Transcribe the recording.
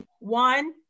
One